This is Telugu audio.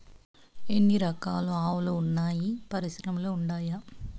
ఎన్ని రకాలు ఆవులు వున్నాయి పరిశ్రమలు ఉండాయా?